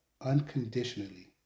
unconditionally